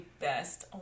best